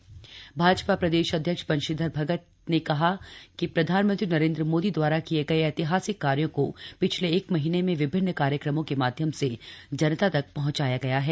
बंशीधर भगत भाजपा प्रदेश अध्यक्ष बंशीधर भगत ने कहा कि प्रधानमंत्री नरेंद्र मोदी द्वारा किए गए ऐतिहासिक कार्यो को पिछले एक महीने में विभिन्न कार्यक्रमों के माध्यम से जनता तक पहुंचाया गया है